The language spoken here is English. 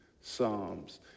psalms